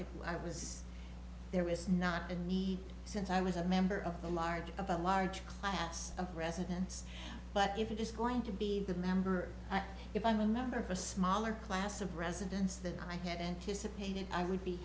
if i was there was not a need since i was a member of the large of a large class of residence but if it is going to be the member if i'm a member of a smaller class of residence that i had anticipated i would be